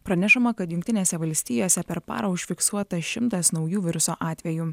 pranešama kad jungtinėse valstijose per parą užfiksuota šimtas naujų viruso atvejų